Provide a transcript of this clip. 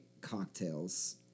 cocktails